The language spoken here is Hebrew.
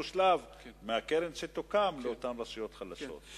שלב מהקרן שתוקם לאותן רשויות חלשות.